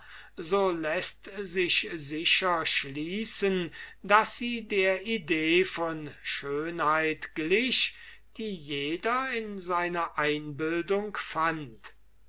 so läßt sich sicher schließen daß sie der idee von schönheit glich die jeder in seiner einbildung fand